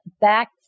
back